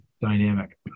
dynamic